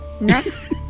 Next